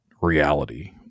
reality